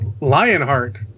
Lionheart